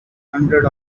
hundred